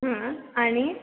हां आणि